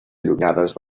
allunyades